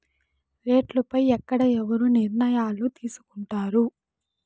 రేట్లు పై ఎక్కడ ఎవరు నిర్ణయాలు తీసుకొంటారు?